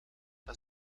las